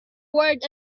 word